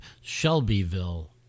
Shelbyville